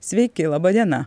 sveiki laba diena